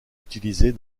utilisée